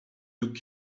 took